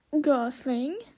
Gosling